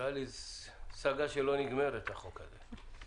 נראה לי שזו סאגה שלא נגמרת, החוק הזה.